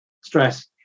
stress